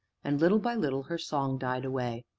and little by little her song died away.